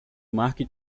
mark